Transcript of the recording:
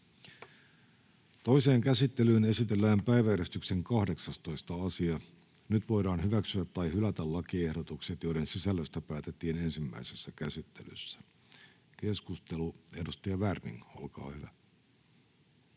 Toiseen käsittelyyn esitellään päiväjärjestyksen 19. asia. Nyt voidaan hyväksyä tai hylätä lakiehdotus, jonka sisällöstä päätettiin ensimmäisessä käsittelyssä. — Keskustelu, edustaja Kosonen, olkaa hyvä.